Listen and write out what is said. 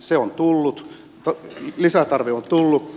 se on tullut lisätarve on tullut